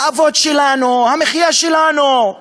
האבות שלנו, המחיה שלנו.